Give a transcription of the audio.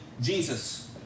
Jesus